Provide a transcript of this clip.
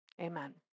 Amen